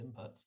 inputs